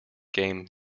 game